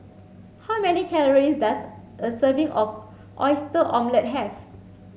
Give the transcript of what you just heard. how many calorie does a serving of oyster omelette have